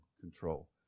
control